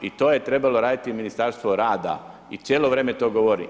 I to je trebalo raditi Ministarstvo rada i cijelo vrijeme to govorim.